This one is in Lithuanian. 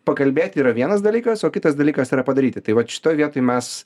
pakalbėt yra vienas dalykas o kitas dalykas yra padaryti tai vat šitoj vietoj mes